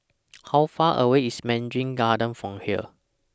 How Far away IS Mandarin Gardens from here